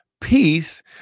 Peace